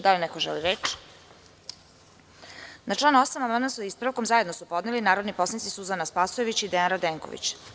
Da li neko želi reč? (Ne.) Na član 8. amandman sa ispravkom zajedno su podneli narodni poslanici Suzana Spasojević i Dejan Radenković.